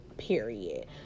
period